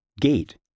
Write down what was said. Gate